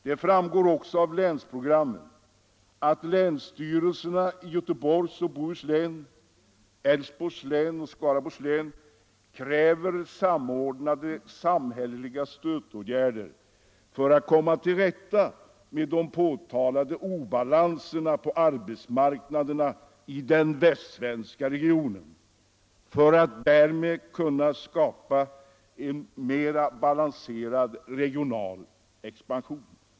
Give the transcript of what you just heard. Det framgår också av länsprogrammen att länsstyrelserna i Göteborgs och Bohus län, Älvsborgs län och Skaraborgs län kräver samordnade samhälleliga stödåtgärder för att komma till rätta med de påtalade obalanserna på arbetsmarknaden i den västsvenska regionen för att därmed skapa en mera balanserad regional expansion.